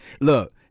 look